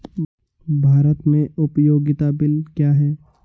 भारत में उपयोगिता बिल क्या हैं?